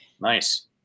Nice